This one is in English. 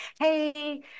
hey